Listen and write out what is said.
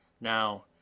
now